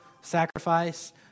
sacrifice